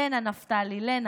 לנה, נפתלי, לנה.